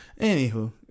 anywho